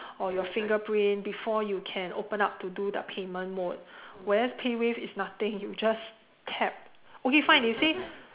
or your fingerprint before you can open up to do the payment mode whereas PayWave it's nothing you just tap okay fine you say